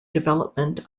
development